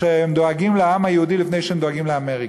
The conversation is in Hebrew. שהם דואגים לעם היהודי לפני שהם דואגים לאמריקה.